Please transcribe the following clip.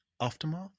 aftermath